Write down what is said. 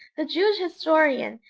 the jewish historian,